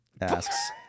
asks